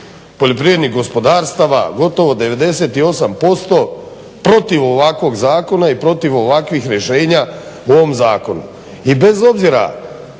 poljoprivrednih gospodarstava gotovo 98% protiv ovakvog zakona i protiv ovakvih rješenja u ovom zakonu.